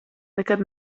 nekad